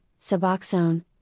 suboxone